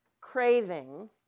craving